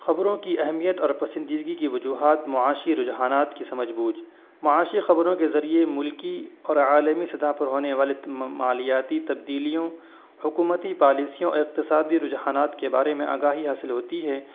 خبروں کی اہمیت اور پسندیدگی کی وجوہات معاشی رجحانات کی سمجھ بوجھ معاشی خبروں کے ذریعے ملکی اور عالمی سطح پر ہونے والی مالیاتی تبدیلیوں حکومتی پالیسیوں اور اقتصادی رجحانات کے بارے میں آگاہی حاصل ہوتی ہے